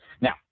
Now